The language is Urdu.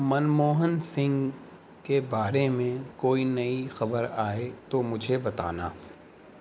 منموہن سنگھ کے بارے میں کوئی نئی خبر آئے تو مجھے بتانا